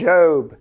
Job